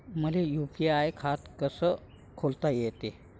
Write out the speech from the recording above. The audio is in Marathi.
मले यू.पी.आय खातं कस खोलता येते?